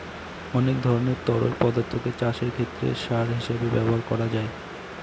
অনেক ধরনের তরল পদার্থকে চাষের ক্ষেতে সার হিসেবে ব্যবহার করা যায়